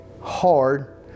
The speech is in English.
Hard